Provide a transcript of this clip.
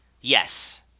Yes